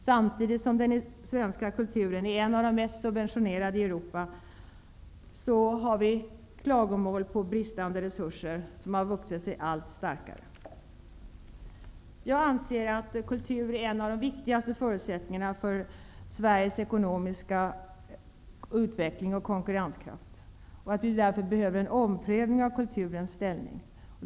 Samtidigt som den svenska kulturen är en av de mest subventionerade i Europa, har klagomålen över bristande resurser vuxit sig allt starkare. Jag anser att kultur är en av de viktigaste förutsättningarna för Sveriges ekonomiska utveckling och konkurrenskraft och att vi därför behöver en omprövning av kulturens ställning.